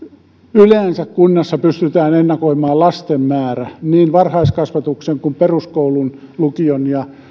yleensä kunnassa pystytään ennakoimaan lasten määrä niin varhaiskasvatukseen kuin peruskouluun lukioon ja